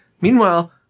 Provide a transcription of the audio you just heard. Meanwhile